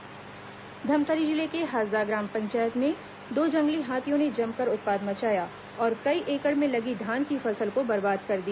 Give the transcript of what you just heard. हाथी उत्पात धमतरी जिले के हसदा ग्राम पंचायत में दो जंगली हाथियों ने जमकर उत्पात मचाया और कई एकड़ में लगी धान की फसल को बर्बाद कर दिया